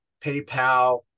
PayPal